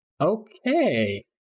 Okay